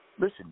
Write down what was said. Listen